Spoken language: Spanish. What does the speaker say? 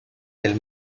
del